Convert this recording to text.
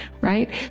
right